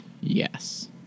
Yes